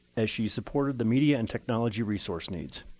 as she supported the media and technology resource needs.